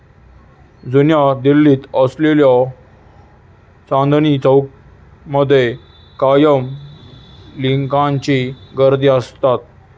जुन्या दिल्लीत असलेल्या चांदनी चौक मध्ये कायम लिकांची गर्दी असता